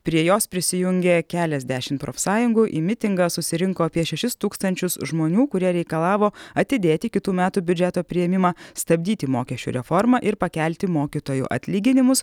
prie jos prisijungė keliasdešimt profsąjungų į mitingą susirinko apie šešis tūkstančius žmonių kurie reikalavo atidėti kitų metų biudžeto priėmimą stabdyti mokesčių reformą ir pakelti mokytojų atlyginimus